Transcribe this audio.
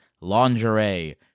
lingerie